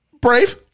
brave